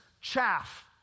chaff